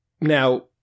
Now